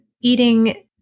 eating